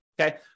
okay